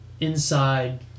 inside